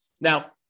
Now